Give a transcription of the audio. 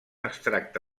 extracte